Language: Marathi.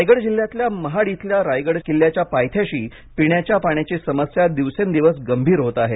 रायगड जिल्ह्यातल्या महाड इथल्या रायगडच्या किल्ल्याच्या पायथ्याशी पिण्याच्या पाण्याची समस्या दिवसेंदिवस गंभीर होत आहे